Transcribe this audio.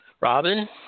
Robin